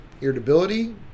irritability